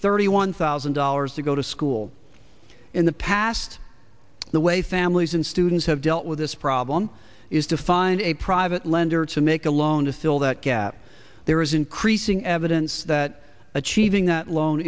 thirty one thousand dollars to go to school in the past the way families and students have dealt with this problem is to find a private lender to make a loan to fill that gap there is increasing evidence that achieving that lo